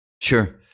Sure